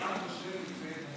מתחייב אני